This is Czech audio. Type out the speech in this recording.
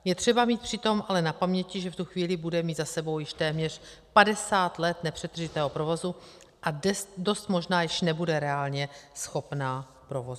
Je třeba mít přitom ale na paměti, že v tu chvíli bude mít za sebou již téměř padesát let nepřetržitého provozu a dost možná již nebude reálně schopna provozu.